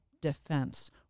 defense